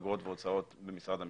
אגרות והוצאות במשרד המשפטים,